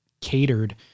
catered